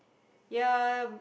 ya